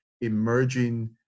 emerging